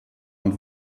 und